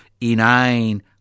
inane